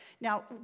Now